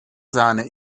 sahne